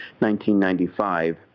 1995